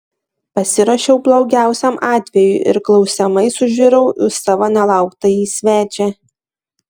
pasiruošiau blogiausiam atvejui ir klausiamai sužiurau į savo nelauktąjį svečią